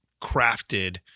crafted